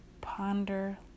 ponder